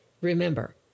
Remember